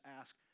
ask